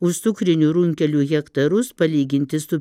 už cukrinių runkelių hektarus palyginti su